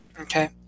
Okay